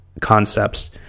concepts